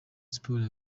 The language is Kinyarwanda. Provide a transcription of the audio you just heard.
sports